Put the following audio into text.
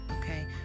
Okay